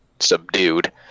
subdued